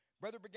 Brother